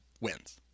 wins